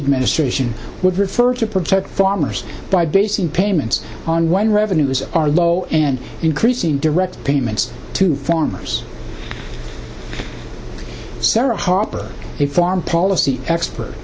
administration would refer to protect farmers by basing payments on one revenues are low and increasing direct payments to farmers sarah harper is foreign policy expert